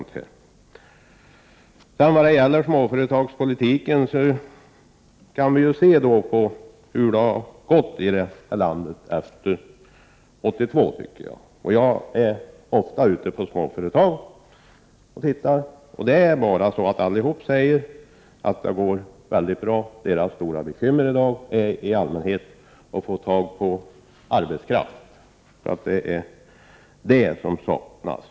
När det gäller småföretagspolitiken kan vi se hur det har gått i det här landet sedan 1982. Jag är ofta ute på småföretag och tittar. Företrädarna för alla dessa företag säger att det går bra. Deras stora bekymmer i dag är i allmänhet att få tag på arbetskraft. Det är alltså arbetskraften som saknas.